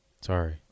Sorry